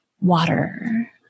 water